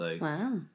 Wow